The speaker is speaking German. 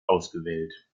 ausgewählt